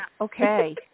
Okay